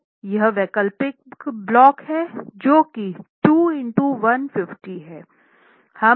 तो यह वैकल्पिक ब्लॉक है जो कि 2 x 150 है